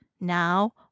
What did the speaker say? Now